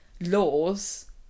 laws